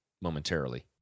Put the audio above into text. momentarily